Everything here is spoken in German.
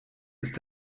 ist